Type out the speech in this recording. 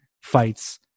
fights